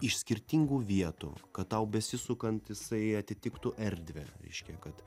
iš skirtingų vietų kad tau besisukant jisai atitiktų erdvę reiškia kad